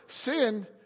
sin